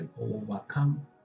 overcome